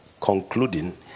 concluding